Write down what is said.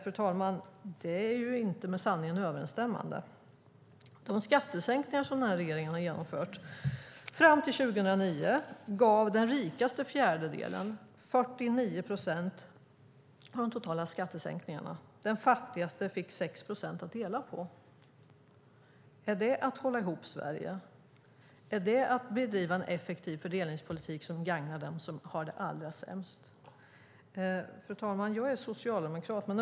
Det är inte med sanningen och de skattesänkningar som denna regering har genomfört överensstämmande, fru talman. Fram till 2009 fick den rikaste fjärdedelen 49 procent av de totala skattesänkningarna. Den fattigaste fick 6 procent att dela på. Är det att hålla ihop Sverige? Är det att bedriva en effektiv fördelningspolitik som gagnar dem som har det allra sämst? Fru talman! Jag är socialdemokrat.